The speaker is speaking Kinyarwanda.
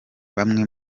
bamwe